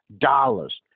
dollars